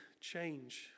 change